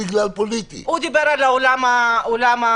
הוא דיבר על עולם הספורט.